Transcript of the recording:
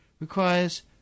Requires